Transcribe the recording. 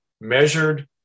measured